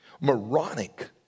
Moronic